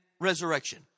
resurrection